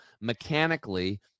mechanically